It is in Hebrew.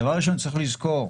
דבר ראשון צריך לזכור,